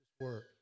Work